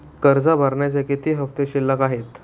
कर्ज भरण्याचे किती हफ्ते शिल्लक आहेत?